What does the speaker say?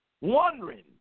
wondering